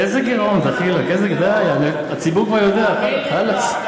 איזה גירעון, דחילק, די, הציבור כבר יודע, חלאס.